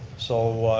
so,